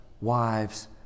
Wives